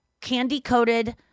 candy-coated